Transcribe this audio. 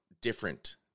different